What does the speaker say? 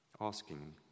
asking